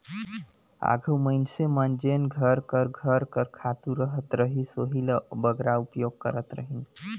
आघु मइनसे मन जेन घर कर घर कर खातू रहत रहिस ओही ल बगरा उपयोग करत रहिन